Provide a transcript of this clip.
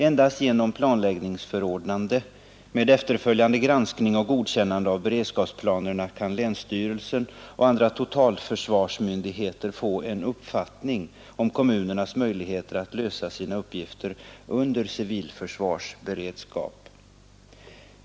Endast genom planläggningsförordnande med efterföljande granskning och godkännande av beredskapsplanerna kan länsstyrelsen och andra totalförsvarsmyndigheter få en uppfattning om kommunernas möjligheter att lösa sina uppgifter under civilförsvarsberedskap.